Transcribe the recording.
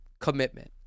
Commitment